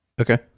Okay